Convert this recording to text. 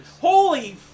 Holy